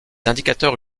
indicateurs